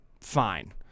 fine